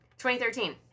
2013